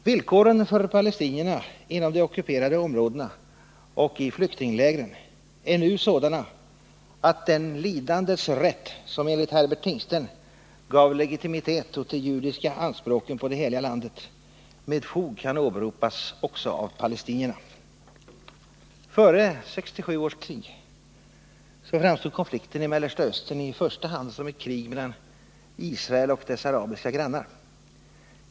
Villkoren för palestinierna inom de ockuperade områdena och i flyktinglägren är nu sådana, att den ”lidandets rätt” som enligt Herbert Tingsten gav legitimitet åt de judiska anspråken på det heliga landet, med fog kan åberopas också av palestinierna. Före 1967 års krig framstod konflikten i Mellersta Östern i första hand som ett krig mellan Israel och dess arabiska grannar.